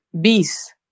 bees